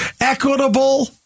Equitable